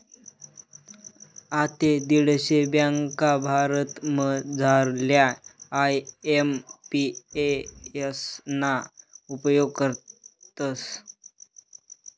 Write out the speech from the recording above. आते दीडशे ब्यांका भारतमझारल्या आय.एम.पी.एस ना उपेग करतस